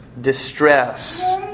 distress